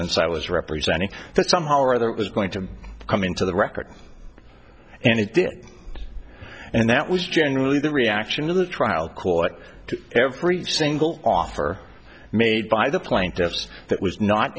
s i was representing that somehow or other it was going to come into the record and it did and that was generally the reaction of the trial court to every single offer made by the plaintiffs that was not